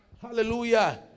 Hallelujah